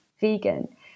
vegan